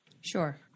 Sure